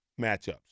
matchups